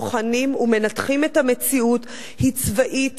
בוחנים ומנתחים את המציאות היא צבאית,